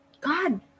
god